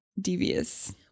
devious